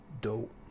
dope